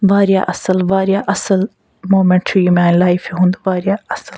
واریاہ اصٕل واریاہ اصٕل مومیٚنٛٹ چھُ یہِ میٛانہِ لایفہِ ہُنٛد واریاہ اصٕل